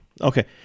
Okay